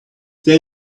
they